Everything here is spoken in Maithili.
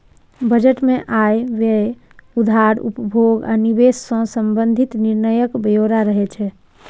बजट मे आय, व्यय, उधार, उपभोग आ निवेश सं संबंधित निर्णयक ब्यौरा रहै छै